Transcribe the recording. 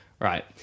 Right